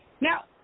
Now